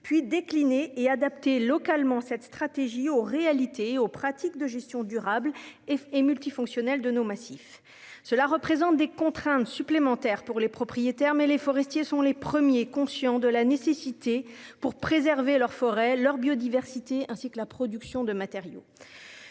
décliner et adapter localement cette stratégie aux réalités et aux pratiques de gestion durable et multifonctionnelle des massifs. Si elle représente des contraintes supplémentaires pour les propriétaires, les forestiers sont les premiers conscients de sa nécessité pour préserver leur forêt et sa biodiversité, ainsi que la production de matériaux.